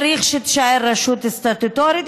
צריך שתישאר רשות סטטוטורית,